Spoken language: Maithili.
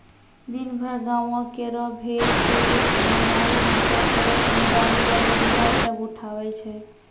दिनभर गांवों केरो भेड़ के देखभाल आरु हांके केरो जिम्मेदारी गड़ेरिया सब उठावै छै